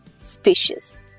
species